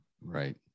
Right